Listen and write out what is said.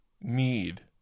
need